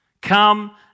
come